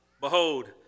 Behold